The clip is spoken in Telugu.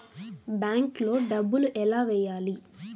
బ్యాంక్లో డబ్బులు ఎలా వెయ్యాలి?